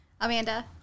Amanda